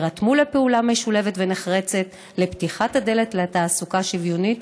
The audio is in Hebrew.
יירתמו לפעולה משולבת ונחרצת לפתיחת הדלת לתעסוקה שוויונית,